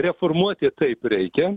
reformuoti taip reikia